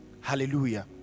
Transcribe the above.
Hallelujah